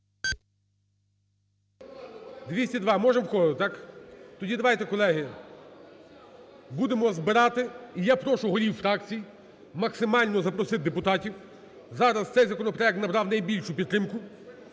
За-202 Можемо входити, так? Тоді давайте, колеги, будемо збирати. І я прошу голів фракцій максимально запросити депутатів. Зараз цей законопроект набрав найбільшу підтримку